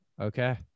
Okay